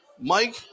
Mike